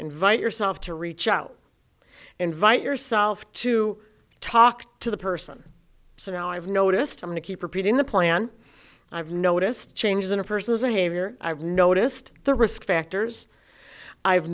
invite yourself to reach out invite yourself to talk to the person so now i've noticed i want to keep repeating the plan i've noticed changes in a person's behavior i've noticed the risk factors i've